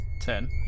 ten